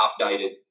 updated